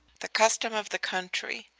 the custom of the country,